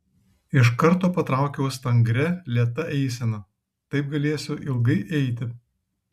iš karto patraukiau stangria lėta eisena taip galėsiu ilgai eiti